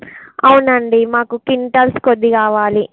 అవునండి మాకు క్వింటల్స్ కొద్ది కావలి